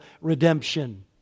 redemption